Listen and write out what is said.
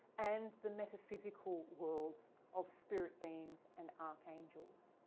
and the metaphysical worlds of spirit beings and archangels.